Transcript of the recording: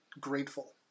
grateful